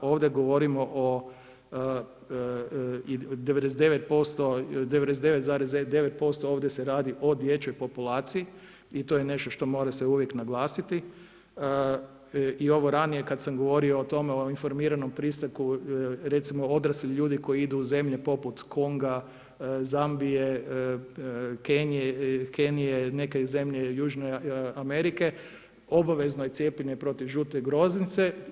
Ovdje govorimo o 99,9% ovdje se radi o dječjoj populaciji i to je nešto što se mora uvijek naglasiti i ovo ranije kada sam govorio o tome o informiranom pristanku recimo odraslih ljudi koji idu u zemlje poput Konga, Zambije, Kenije, neke zemlje Južne Amerike obavezno je cijepljenje protiv žute groznice.